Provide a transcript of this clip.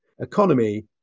economy